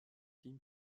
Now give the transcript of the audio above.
team